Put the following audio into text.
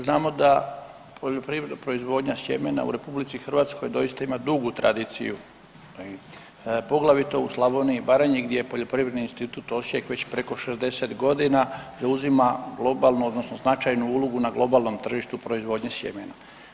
Znamo da poljoprivredna proizvodnja sjemena u RH doista ima dugu tradiciju, poglavito u Slavoniji i Baranji gdje je Poljoprivredni institut Osijek već preko 60 godina zauzima globalnu odnosno značaju ulogu na globalnom tržištu proizvodnje sjemena.